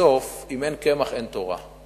בסוף, אם אין קמח אין תורה.